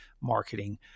marketing